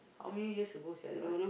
how many years ago sia that one